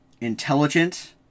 Intelligent